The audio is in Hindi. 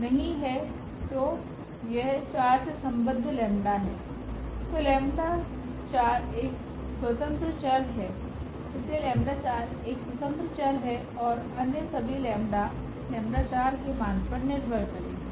तो यह 4 से संबद्ध लेम्डा 𝜆 है तोलेम्डा 𝜆 चार एक स्वतंत्र चर है इसलिए 𝜆4 एक स्वतंत्र चर है और अन्य सभी लेम्डा 𝜆 इस 𝜆4के मान पर निर्भर करेगे